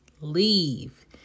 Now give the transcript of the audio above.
leave